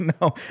no